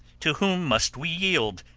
to whom must we yield,